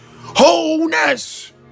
wholeness